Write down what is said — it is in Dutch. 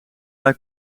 haar